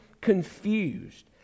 confused